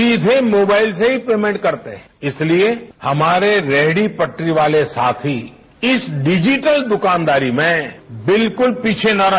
सीधे मोबाइल से ही पेमेंट करते है इसलिए हमोरे रेहड़ी पटरी वाले साथी इस डिजिटल दुकानदारी में बिल्कुल पीछे न रहे